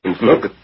Look